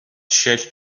شکل